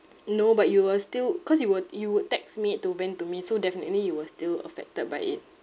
no but you were still cause you would you would text me it to vent to me so definitely you were still affected by it